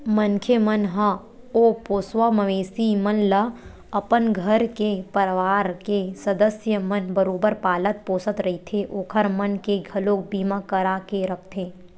मनखे मन ह ओ पोसवा मवेशी मन ल अपन घर के परवार के सदस्य मन बरोबर पालत पोसत रहिथे ओखर मन के घलोक बीमा करा के रखथे